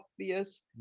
obvious